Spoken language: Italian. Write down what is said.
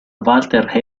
walter